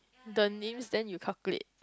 the names then you calculate